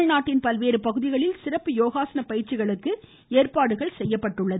தமிழ்நாட்டின் பல்வேறு பகுதிகளில் சிறப்பு யோகாசன பயிற்சிகளுக்கு ஏற்பாடுகள் செய்யப்பட்டுள்ளன